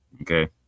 Okay